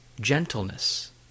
gentleness